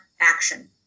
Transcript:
action